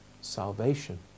salvation